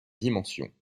dimensions